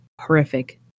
horrific